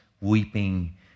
weeping